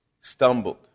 stumbled